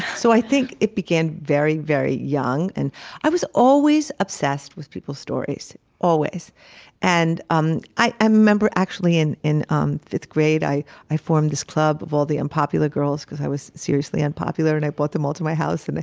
so i think it began very, very young. and i was always obsessed with people stories, always and um i i remember actually in in um fifth grade, i i formed this club of all the unpopular girls because i was seriously unpopular and i brought them all to my house.